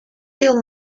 till